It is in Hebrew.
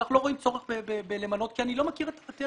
אנחנו לא רואים צורך במינוי כי אני לא מכיר את המטריה.